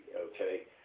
okay